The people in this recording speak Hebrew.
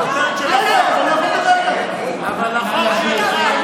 הכותרת, אבל אני לא יכול לדבר ככה.